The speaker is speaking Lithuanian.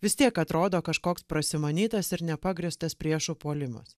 vis tiek atrodo kažkoks prasimanytas ir nepagrįstas priešo puolimas